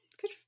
Good